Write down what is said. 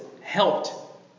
helped